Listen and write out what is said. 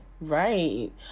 right